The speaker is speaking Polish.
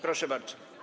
Proszę bardzo.